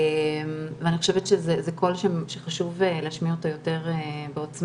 ואני חושבת שזה קול שחשוב להשמיע אותו יותר בעוצמה.